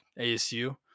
asu